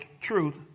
truth